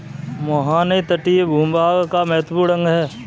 मुहाने तटीय भूभाग का महत्वपूर्ण अंग है